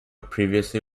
previously